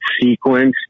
sequence